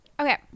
Okay